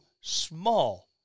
small